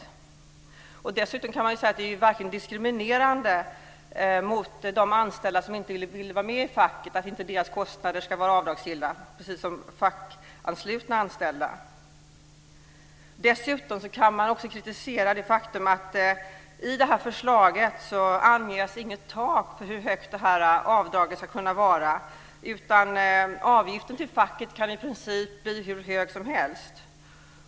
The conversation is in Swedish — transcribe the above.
Man kan dessutom säga att det inte är diskriminerande mot de anställda som inte vill vara med i facket att deras kostnader inte ska vara avdragsgilla, precis som gäller för fackanslutna anställda. Därtill kan man också kritisera det faktum att det i förslaget inte anges något tak för hur högt avdraget ska kunna vara. Avgiften till facket kan i princip bli hur hög som helst.